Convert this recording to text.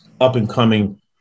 up-and-coming